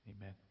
Amen